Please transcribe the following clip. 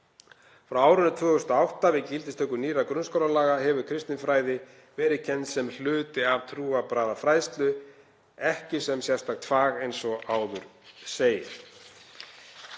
Frá árinu 2008, við gildistöku nýrra grunnskólalaga, hefur kristinfræði verið kennd sem hluti af trúarbragðafræðslu, ekki sem sérstakt fag, eins og áður segir.